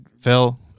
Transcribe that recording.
Phil